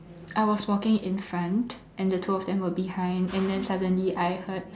I was walking in front and the two of them were behind and then suddenly I heard